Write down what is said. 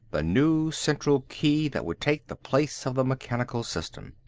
the new central key that would take the place of the mechanical system.